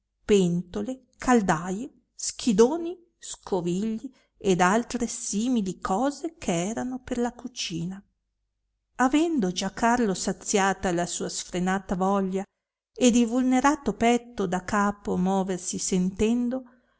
pentole caldaie schidoni scovigli ed altre simili cose che erano per la cucina avendo già carlo saziata la sua sfrenata voglia ed il vulnerato petto da capo moversi sentendo